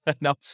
No